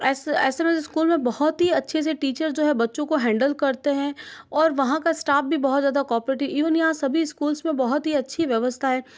ऐसे S M S school में बहुत ही अच्छे से टीचर्स जो है वो बच्चों को हैन्डल करते है और वहाँ का स्टाफ भी बहुत ज़्यादा कोपोरटिव ईविन यहाँ सभी स्कूल्स में बहुत ही अच्छी व्यवास्था है